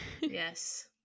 Yes